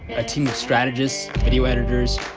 a team of strategists, video editors,